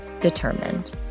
determined